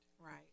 Right